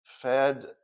fed